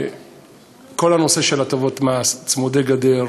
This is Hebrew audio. כל הנושא של הטבות מס, צמודי-גדר,